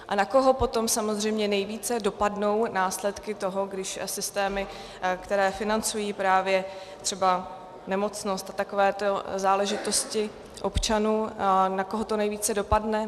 A na koho potom samozřejmě nejvíce dopadnou následky toho, když systémy, které financují právě třeba nemocnost a takovéto záležitosti občanů, na koho to nejvíce dopadne?